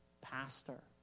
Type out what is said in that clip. pastor